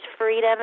freedom